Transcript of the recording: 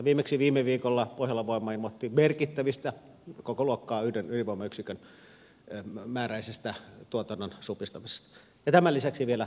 viimeksi viime viikolla pohjolan voima ilmoitti merkittävästä yhden ydinvoimayksikön kokoluokkaa olevasta tuotannon supistamisesta ja tämän lisäksi vielä tarve kasvaa